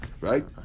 right